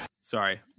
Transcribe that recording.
Sorry